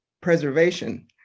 preservation